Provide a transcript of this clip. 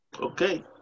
Okay